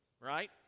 right